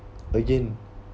again